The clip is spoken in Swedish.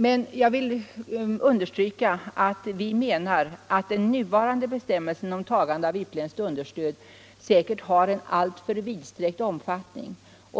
Men jag vill understryka att den nuvarande bestämmelsen om tagande av utländskt understöd säkert har en alltför vidsträckt omfattning.